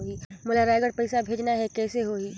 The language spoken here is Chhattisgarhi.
मोला रायगढ़ पइसा भेजना हैं, कइसे होही?